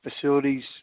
facilities